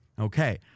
Okay